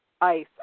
Ice